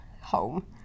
home